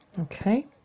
Okay